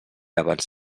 abans